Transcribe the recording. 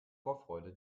vorfreude